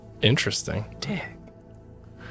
Interesting